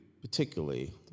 particularly